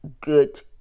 good